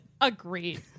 Agreed